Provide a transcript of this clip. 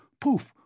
Poof